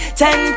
ten